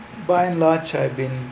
by and large I've been